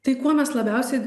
tai ko mes labiausiai